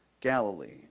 Galilee